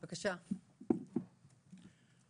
בבקשה, חנן.